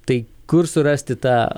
tai kur surasti tą